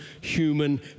HUMAN